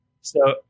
So-